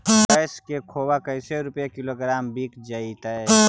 भैस के खोबा कैसे रूपये किलोग्राम बिक जइतै?